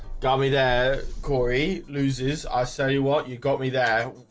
got me there corey loses i show you what you got me there